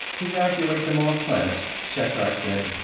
evacuate them off-planet, shatrak said.